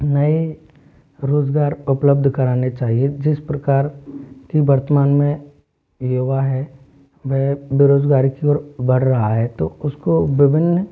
नऐ रोज़गार उपलब्ध कराने चाहिए जिस प्रकार का वर्तमान में युवा है वह बेरोज़गारी की ओर बढ़ रहा है तो उस को विभिन्न